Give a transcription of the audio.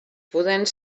podent